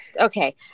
okay